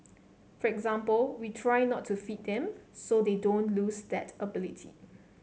for example we try not to feed them so they don't lose that ability